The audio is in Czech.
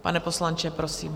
Pane poslanče, prosím.